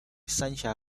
三峡